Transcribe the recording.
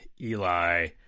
Eli